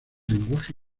lenguaje